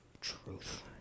truth